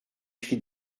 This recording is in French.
cris